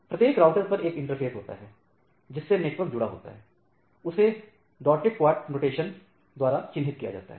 प्रत्येक राउटर पर एक इंटरफ़ेस होता है जिससे नेटवर्क जुड़ा होता है उसे डॉटेड क्वाड नोटेशन द्वारा चिन्हित किया जाता है है